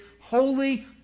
holy